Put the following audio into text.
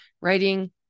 writing